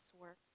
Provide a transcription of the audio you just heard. work